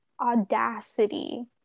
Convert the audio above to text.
audacity